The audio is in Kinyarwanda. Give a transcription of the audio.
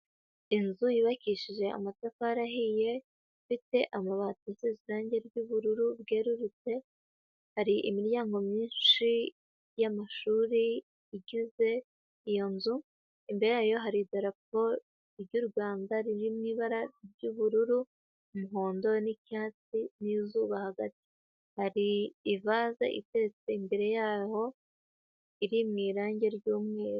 Inzu yubakishije amatafari ahiye, ifite amabati asize irangi ry'ubururu bwerurutse, hari imiryango myinshi y'amashuri igize iyo nzu, imbere yayo hari idarapo ry'u Rwanda riri mu ibara ry'ubururu, umuhondo n'icyatsi n'izuba hagati. Hari ivaze itetse imbere yaho, iri mu irangi ry'umweru.